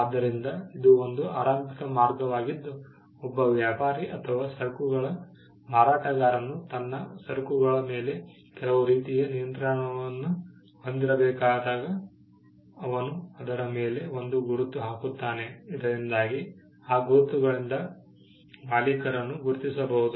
ಆದ್ದರಿಂದ ಇದು ಒಂದು ಆರಂಭಿಕ ಮಾರ್ಗವಾಗಿದ್ದು ಒಬ್ಬ ವ್ಯಾಪಾರಿ ಅಥವಾ ಸರಕುಗಳ ಮಾರಾಟಗಾರನು ತನ್ನ ಸರಕುಗಳ ಮೇಲೆ ಕೆಲವು ರೀತಿಯ ನಿಯಂತ್ರಣವನ್ನು ಹೊಂದಿರಬೇಕಾದಾಗ ಅವನು ಅದರ ಮೇಲೆ ಒಂದು ಗುರುತು ಹಾಕುತ್ತಾನೆ ಇದರಿಂದಾಗಿ ಆ ಗುರುತುಗಳಿಂದ ಮಾಲೀಕರನ್ನು ಗುರುತಿಸಬಹುದು